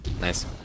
nice